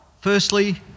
Firstly